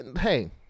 hey